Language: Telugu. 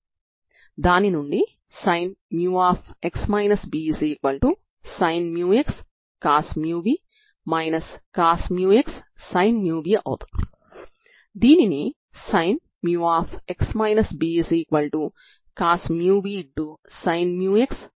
దాని నుండి x యొక్క ప్రతి విలువకు Xx0 అవుతుంది